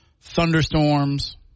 thunderstorms